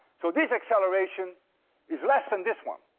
so this acceleration is less than this one.